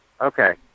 Okay